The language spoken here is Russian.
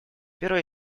первая